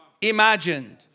imagined